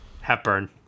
Hepburn